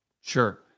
Sure